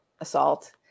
assault